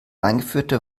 eingeführte